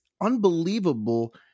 unbelievable